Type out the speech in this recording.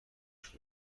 شدند